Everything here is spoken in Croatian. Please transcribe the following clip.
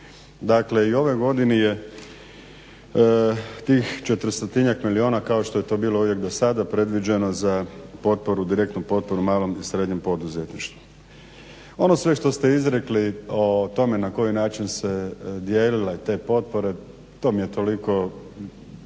Dakle i u ovoj godini je tih 400-njak miliona kao što je to bilo uvijek do sada predviđeno za direktnu potporu malom i srednjem poduzetništvu. Ono sve što ste izrekli na koji način su se dijelile te potpore to mi je toliko